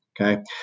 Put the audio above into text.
okay